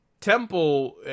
temple